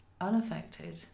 unaffected